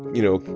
you know,